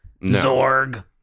Zorg